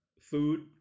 food